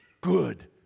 good